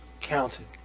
counted